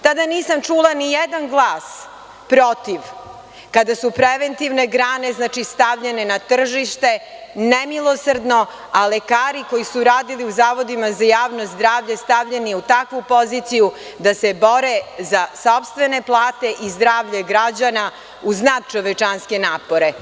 Tada nisam čula nijedan glas protiv kada su preventivne grane stavljene na tržište, nemilosrdno, a lekari koji su radili u zavodima za javno zdravlje stavljeni u takvu poziciju da se bore za sopstvene plate i zdravlje građana uz natčovečanske napore.